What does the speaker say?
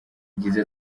yagize